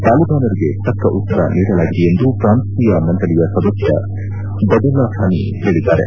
ತಾಲಿಬಾನರಿಗೆ ತಕ್ಕ ಉತ್ತರ ನೀಡಲಾಗಿದೆ ಎಂದು ಪ್ರಾಂತೀಯ ಮಂಡಳಿಯ ಸದಸ್ಯ ದದುಲ್ಲಾಖಾನಿ ಹೇಳಿದ್ದಾರೆ